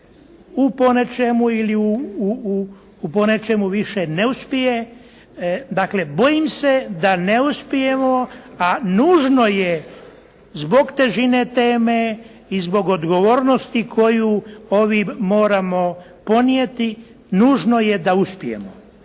u ponečemu ili u ponečemu više ne uspije dakle bojim se da ne uspijemo a nužno je zbog težine teme i zbog odgovornosti koju ovim moramo ponijeti nužno je da uspijemo.